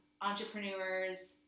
entrepreneurs